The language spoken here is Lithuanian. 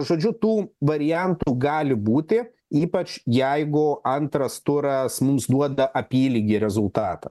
žodžiu tų variantų gali būti ypač jeigu antras turas mums duoda apylygį rezultatą